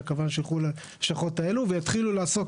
כשהכוונה שילכו ללשכות האלו ויתחילו לעסוק